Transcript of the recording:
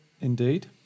Indeed